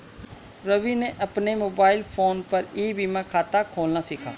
रवि ने अपने mobile phone पर ई बीमा खाता खोलना सीखा